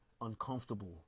uncomfortable